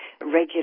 regular